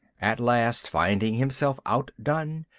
at last, finding himself outdone,